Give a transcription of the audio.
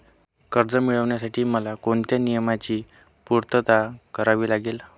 कर्ज मिळविण्यासाठी मला कोणत्या नियमांची पूर्तता करावी लागेल?